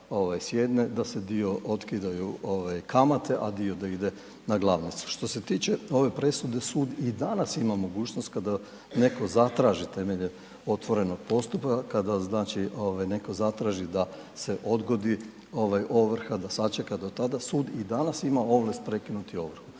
da se dio otkidaju kamate, a dio da ide na glavnicu. Što se tiče ove presude sud i danas ima mogućnost kada netko zatraži temeljem otvorenog postupka, kada znači netko ovaj zatraži da se odgodi ovaj ovrha, da sačeka da tada, sud i danas ima ovlast prekinuti ovrhu,